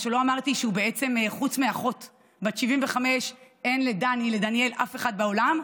מה שלא אמרתי הוא שבעצם חוץ מאחות בת 75 אין לדניאל אף אחד בעולם,